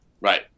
right